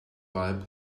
lab